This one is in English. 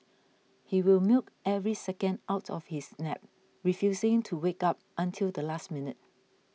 he will milk every second out of his nap refusing to wake up until the last minute